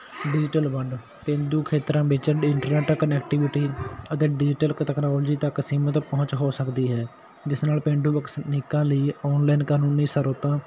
digital ਵੰਡ ਪੇਂਡੂ ਖੇਤਰਾਂ ਵਿੱਚ ਇੰਟਰਨੈਟ ਕਨੈਟਿਵਿਟੀ ਅਤੇ ਡਿਜੀਟਲ ਤਕਨੋਲੋਜੀ ਤੱਕ ਸੀਮਿਤ ਪਹੁੰਚ ਹੋ ਸਕਦੀ ਹੈ ਜਿਸ ਨਾਲ ਪੇਂਡੂ ਵਸਨੀਕਾਂ ਲਈ ਔਨਲਾਈਨ ਕਾਨੂੰਨੀ ਸਰੋਤਾਂ